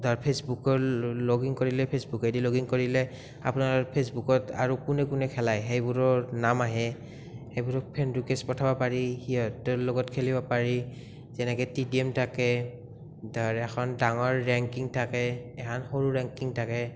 ফেচবুকৰ log in কৰিলে ফেচবুকেদি লগ ইন কৰিলে আপোনাৰ ফেচবুকত আৰু কোনে কোনে খেলায় সেইবোৰৰ নাম আহে সেইবোৰক ফ্ৰেণ্ড ৰিকুৱেষ্ট পঠাব পাৰি সিহঁতৰ লগত খেলিব পাৰি যেনেকে টি ডি এম থাকে ধৰ এখন ডাঙৰ ৰেংকিং থাকে এখন সৰু ৰেংকিং থাকে